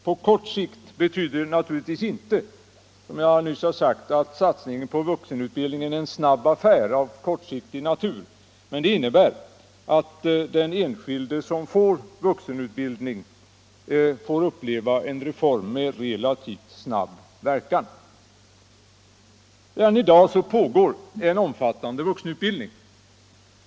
— På kort sikt betyder naturligtvis inte, som jag nyss har sagt, att satsningen på vuxenutbildningen är en snabb affär av kortsiktig natur, men det innebär att den enskilde som får vuxenutbildning får uppleva en reform med relativt snabb verkan. Redan i dag pågår en omfattande vuxenutbildning.